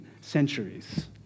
centuries